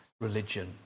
religion